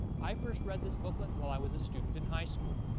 i first read this booklet while i was a student in high school,